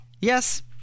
Yes